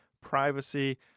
privacy